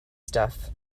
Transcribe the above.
stuff